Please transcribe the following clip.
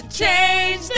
change